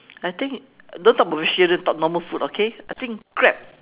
I think don't talk about Michelin talk normal food okay I think crab